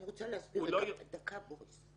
אני רוצה להסביר, יש